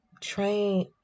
Train